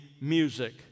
music